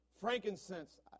frankincense